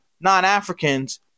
non-Africans